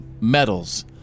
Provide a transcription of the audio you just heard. medals